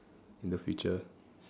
in the future